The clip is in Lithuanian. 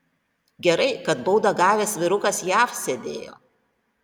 gerai kad baudą gavęs vyrukas jav sėdėjo